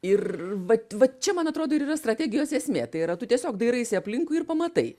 ir vat vat čia man atrodo ir yra strategijos esmė tai yra tu tiesiog dairaisi aplinkui ir pamatai